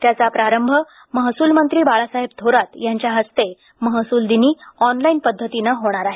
त्याचा शुभारंभ महसूल मंत्री बाळासाहेब थोरात यांच्या हस्ते महसूल दिनी ऑनलाईन पद्धतीने होत आहे